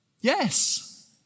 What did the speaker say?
Yes